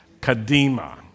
Kadima